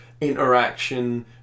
interaction